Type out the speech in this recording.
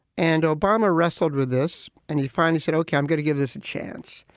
and obama wrestled with this and he finally said, okay, i'm going to give this a chance.